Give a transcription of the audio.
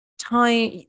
time